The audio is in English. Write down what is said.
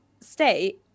stay